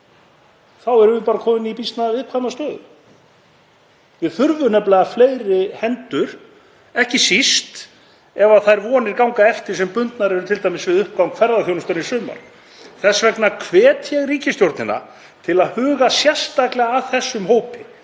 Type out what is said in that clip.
þá erum við bara komin í býsna viðkvæma stöðu. Við þurfum nefnilega fleiri hendur, ekki síst ef þær vonir ganga eftir sem bundnar eru t.d. við uppgang ferðaþjónustunnar í sumar. Þess vegna hvet ég ríkisstjórnina til að huga sérstaklega að þessum hópi,